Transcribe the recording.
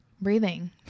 Breathing